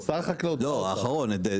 לא, את האחרון.